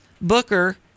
Booker